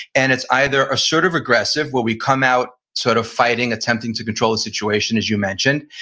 and it's either assertive aggressive where we come out sort of fighting attempting to control the situation as you mentioned.